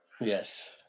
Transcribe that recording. Yes